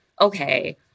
okay